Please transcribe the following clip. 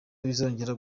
bizongera